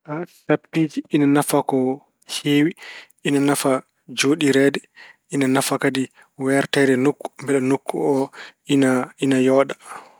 Tappiiji ina nafa ko heewi. Ine nafa jooɗireede. Ina nafata kadi weerteede e nokku mbele nokku o ina- ina yooɗa.